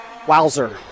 Wowser